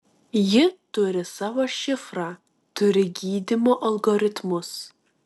ji turi savo šifrą turi gydymo algoritmus